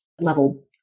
level